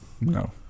No